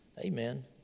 amen